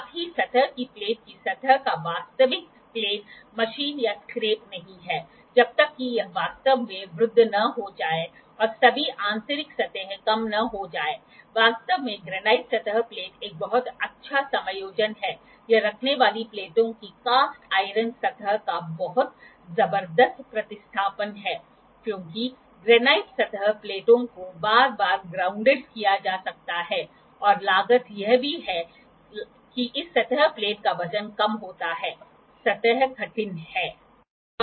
साथ ही सतह की प्लेट की सतह का वास्तविक प्लेन मशीन या स्क्रैप नहीं है जब तक कि यह वास्तव में वृद्ध न हो जाए और सभी आंतरिक सतहें कम न हो जाएं वास्तव में ग्रेनाइट सतह प्लेट एक बहुत अच्छा समायोजन है यह रखने वाली प्लेटों की कास्ट आयरन सतह का बहुत जबरदस्त प्रतिस्थापन है क्योंकि ग्रेनाइट सतह प्लेटों को बार बार ग्रा्ऊँडड किया जा सकता है और लागत यह भी है कि इस सतह प्लेट का वजन कम होता है सतह कठिन है